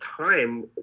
time